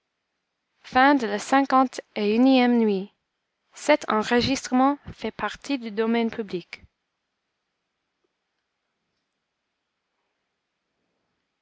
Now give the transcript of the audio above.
mille et une nuits